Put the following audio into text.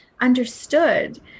understood